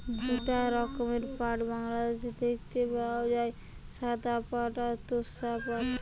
দুইটা রকমের পাট বাংলাদেশে দেখতে পাওয়া যায়, সাদা পাট আর তোষা পাট